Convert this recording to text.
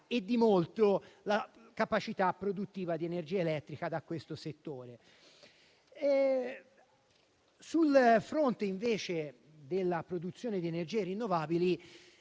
di molto la capacità produttiva di energia elettrica da questo settore. Sul fronte, invece, della produzione di energie rinnovabili,